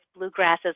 bluegrasses